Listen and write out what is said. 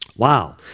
Wow